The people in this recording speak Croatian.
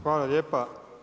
Hvala lijepa.